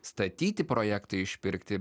statyti projektai išpirkti